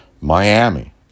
Miami